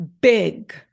big